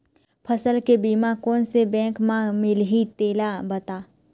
फसल के बीमा कोन से बैंक म मिलही तेला बता?